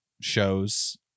shows